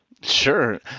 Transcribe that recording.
Sure